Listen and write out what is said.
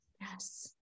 Yes